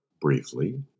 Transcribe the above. briefly